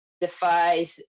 defies